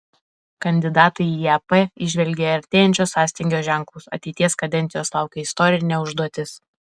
kandidatai į ep įžvelgė artėjančio sąstingio ženklus ateities kadencijos laukia istorinė užduotis